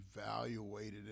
evaluated